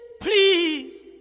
please